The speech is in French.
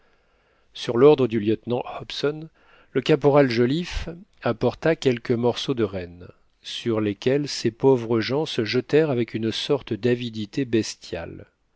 sur l'ordre du lieutenant hobson le caporal joliffe apporta quelques morceaux de renne sur lesquels ces pauvres gens se jetèrent avec une sorte d'avidité bestiale